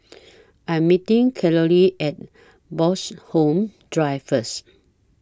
I Am meeting Carolee At Bloxhome Drive First